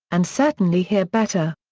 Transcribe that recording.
and certainly hear better.